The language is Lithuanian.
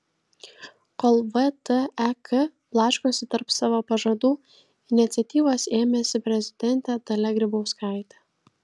kol vtek blaškosi tarp savo pažadų iniciatyvos ėmėsi prezidentė dalia grybauskaitė